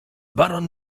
baron